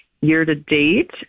Year-to-date